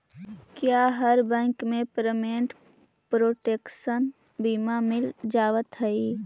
क्या हर बैंक में पेमेंट प्रोटेक्शन बीमा मिल जावत हई